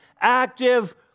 active